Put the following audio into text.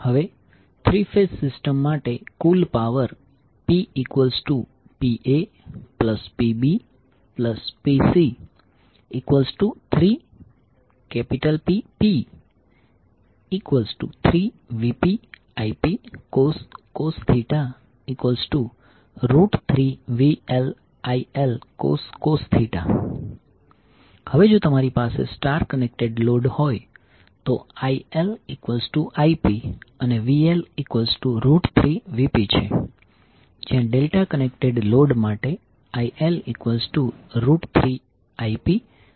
હવે three phase system માટે કુલ પાવર PPaPbPc3Pp3VpIpcos 3VLILcos હવે જો તમારી પાસે સ્ટાર કનેક્ટેડ લોડ હોય તો ILIp અને VL3Vpછે જ્યારે ડેલ્ટા કનેક્ટેડ લોડ માટે IL3Ip અને VLVpછે